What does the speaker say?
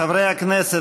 חברי הכנסת,